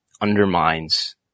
undermines